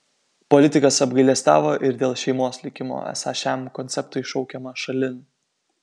politikas apgailestavo ir dėl šeimos likimo esą šiam konceptui šaukiama šalin